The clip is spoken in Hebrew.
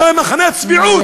זה מחנה הצביעות.